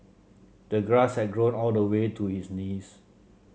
the grass had grown all the way to his knees